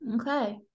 Okay